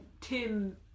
tim